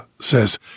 says